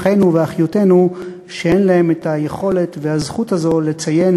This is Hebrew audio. אחינו ואחיותינו שאין להם היכולת והזכות הזאת לציין,